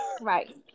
right